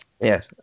Yes